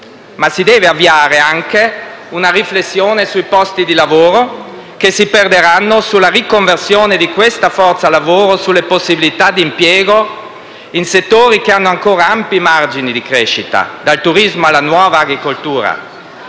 Ma si deve avviare anche una riflessione sui posti di lavoro che si perderanno, sulla riconversione di questa forza lavoro, sulle possibilità di impiego in settori che hanno ancora ampi margini di crescita, dal turismo alla nuova agricoltura.